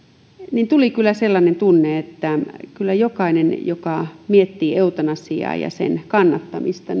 niin tuli kyllä sellainen tunne että todella suosittelisin kyllä jokaista joka miettii eutanasiaa ja sen kannattamista